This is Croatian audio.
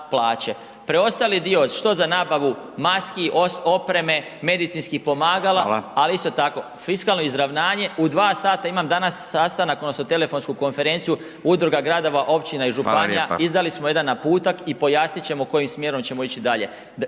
Preostali dio što za nabavu maski, opreme, medicinskih pomagala, … …/Upadica Radin: Hvala./… … ali isto tako fiskalno izravnanje, u 2 sata imam danas sastanak odnosno telefonsku konferenciju, Udruga gradova, općina i županija, … …/Upadica Radin: Hvala lijepa./… … izdali smo jedan naputak i pojasnit ćemo kojim smjerom ćemo ići dalje.